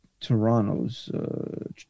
Toronto's